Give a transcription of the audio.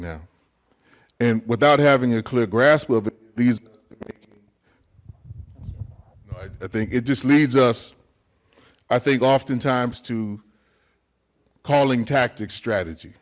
now and without having a clear grasp of it these i think it just leads us i think oftentimes to calling tactics strategy